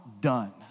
done